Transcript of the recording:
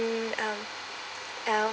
um uh